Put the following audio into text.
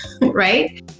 right